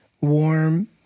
warm